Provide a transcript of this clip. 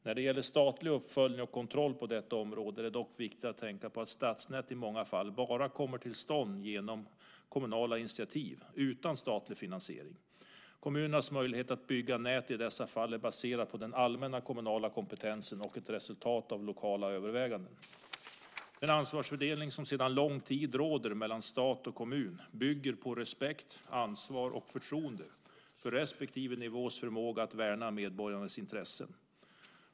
När det gäller statlig uppföljning och kontroll på detta område är det dock viktigt att tänka på att stadsnät i många fall bara kommer till stånd genom kommunala initiativ utan statlig finansiering. Kommunernas möjlighet att bygga nät i dessa fall är baserad på den allmänna kommunala kompetensen och ett resultat av lokala överväganden. Den ansvarsfördelning som sedan lång tid råder mellan stat och kommun bygger på respekt, ansvar och förtroende för respektive nivås förmåga att värna medborgarnas intressen.